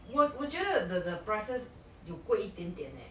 我我觉得 the the prices 有贵一点点 eh